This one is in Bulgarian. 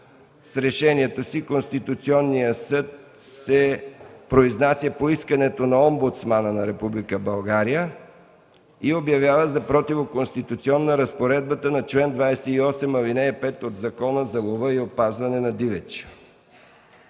С решението си Конституционният съд се произнася по искането на Омбудсмана на Република България и обявява за противоконституционна разпоредбата на чл. 28, ал. 5 от Закона за лова и опазване на дивеча.